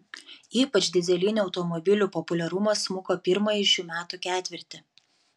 ypač dyzelinių automobilių populiarumas smuko pirmąjį šių metų ketvirtį